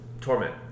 Torment